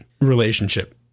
relationship